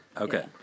Okay